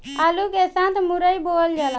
आलू के साथ मुरई बोअल जाला